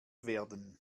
werden